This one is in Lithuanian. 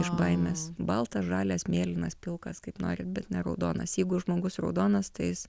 iš baimės baltas žalias mėlynas pilkas kaip norit bet ne raudonas jeigu žmogus raudonas tai jis